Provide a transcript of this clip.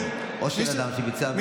ארגון טרור או של אדם שביצע עבירה,